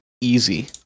easy